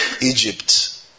Egypt